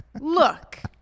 look